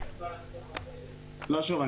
שוב,